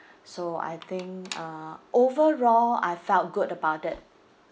so I think uh overall I felt good about it